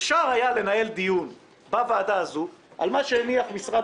אפשר היה לנהל דיון בוועדה הזו על מה שהניח משרד